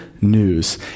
news